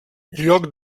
lloc